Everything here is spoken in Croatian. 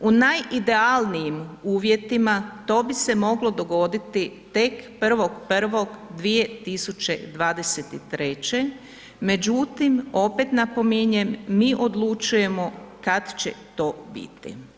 U najidealnijim uvjetima to bi se moglo dogoditi tek 1.1.2023., međutim opet napominjem mi odlučujemo kad će to biti.